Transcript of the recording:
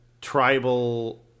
tribal